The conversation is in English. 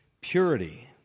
purity